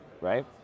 right